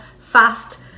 fast